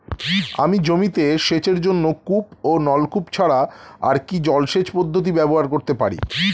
আমি জমিতে সেচের জন্য কূপ ও নলকূপ ছাড়া আর কি জলসেচ পদ্ধতি ব্যবহার করতে পারি?